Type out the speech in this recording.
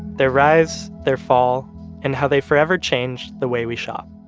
their rise, their fall and how they forever changed the way we shop